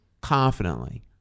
confidently